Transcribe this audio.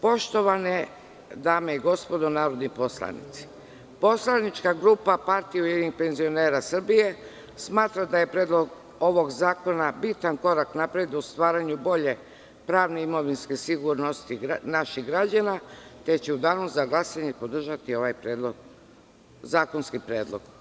Poštovane dame i gospodo narodni poslanici, poslanička grupa PUPS smatra da je predlog ovog zakona bitan korak napred u stvaranju bolje pravne i imovinske sigurnosti naših građana, te će u danu za glasanje podržati ovaj zakonski predlog.